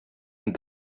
and